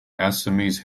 assamese